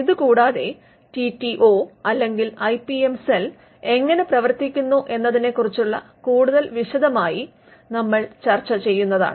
ഇത് കൂടാതെ ടിടിഒ അല്ലെങ്കിൽ ഐപിഎം സെൽ എങ്ങനെ പ്രവർത്തിക്കുന്നു എന്നതിനെക്കുറിച്ചുള്ള കൂടുതൽ വിശദമായി നമ്മൾ ഇവിടെ ചർച്ച ചെയ്യുന്നതാണ്